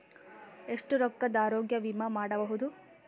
ಎಷ್ಟ ರೊಕ್ಕದ ಆರೋಗ್ಯ ವಿಮಾ ಮಾಡಬಹುದು?